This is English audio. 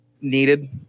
needed